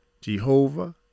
Jehovah